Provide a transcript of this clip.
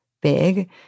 big